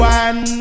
one